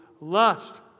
lust